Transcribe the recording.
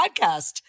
podcast